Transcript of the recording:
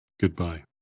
goodbye